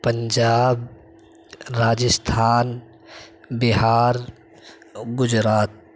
Punjab Rajasthan Bihar Gujarat